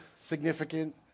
significant